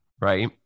Right